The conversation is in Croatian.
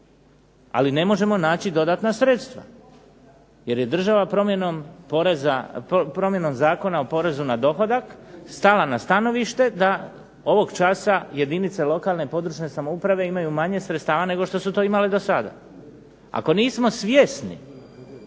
ali ne možemo naći dodatna sredstva. Jer je država promjenom Zakona o porezu na dohodak, stala na stanovište da ovog časa da jedinice lokalne i područne samouprave imaju manje sredstava nego što su to imale do sada. Ako nismo svjesni